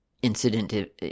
incident